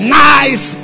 nice